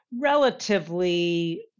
relatively